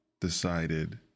decided